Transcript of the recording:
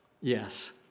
yes